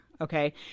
okay